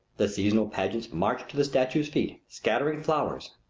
the seasonal pageants march to the statue's feet, scattering flowers.